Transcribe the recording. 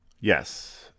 Yes